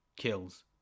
kills